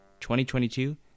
2022